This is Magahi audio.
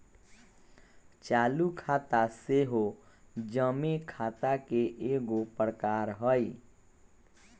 चालू खता सेहो जमें खता के एगो प्रकार हइ